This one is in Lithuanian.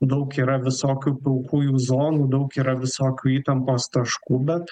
daug yra visokių pilkųjų zonų daug yra visokių įtampos taškų bet